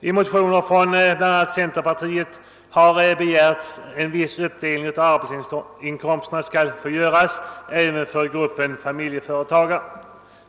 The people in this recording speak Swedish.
I en motion från centerpartiet har vi begärt att en viss uppdelning av arbetsinkomsten skall få göras även för gruppen familjeföretagare.